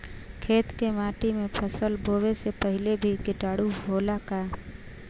खेत के माटी मे फसल बोवे से पहिले भी किटाणु होला का?